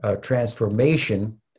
transformation